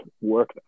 work